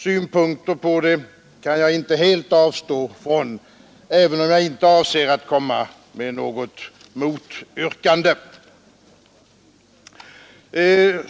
Jag kan inte helt avstå från att anföra några synpunkter på frågan, även om jag inte avser att ställa något motyrkande.